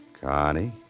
Connie